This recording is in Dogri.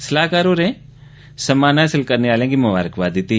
सलाह्कार होरें सम्मान हासल करने आलें गी ममारकबाद दित्ती